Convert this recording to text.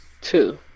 Two